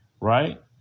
right